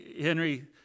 Henry